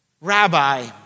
Rabbi